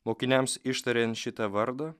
mokiniams ištariant šitą vardą